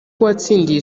uwatsindiye